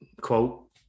quote